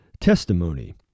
testimony